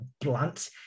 blunt